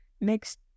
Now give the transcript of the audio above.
next